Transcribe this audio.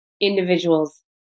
individuals